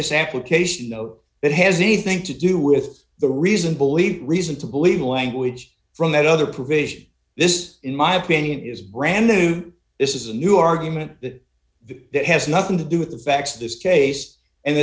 this application note that has anything to do with the reason believe reason to believe the language from that other provision this is in my opinion is brand new this is a new argument that the that has nothing to do with the facts of this case and